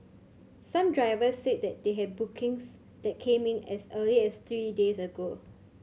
some drivers said that they had bookings that came in as early as three days ago